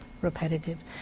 repetitive